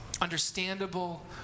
Understandable